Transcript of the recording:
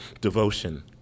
devotion